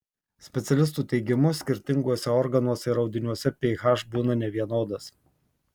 specialistų teigimu skirtinguose organuose ir audiniuose ph būna nevienodas